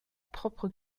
propre